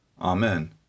Amen